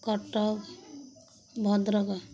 Cuttack Bhadrak